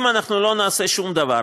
אם אנחנו לא נעשה שום דבר,